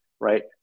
right